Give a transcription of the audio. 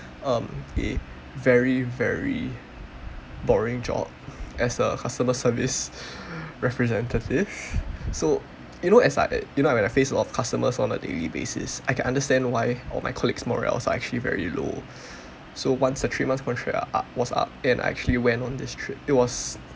um a very very boring job as a customer service representative so you know as I you know when I face off customers on a daily basis I can understand why all my colleagues morales actually very low so once the three months we~ up was up I actually went on this trip it was